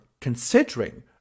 considering